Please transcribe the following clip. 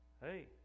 Hey